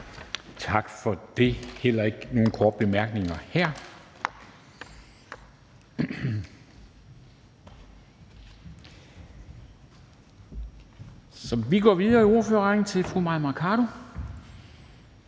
Tak for det. Der er heller ikke nogen korte bemærkninger her. Så vi går videre i ordførerrækken til fru Mai Mercado,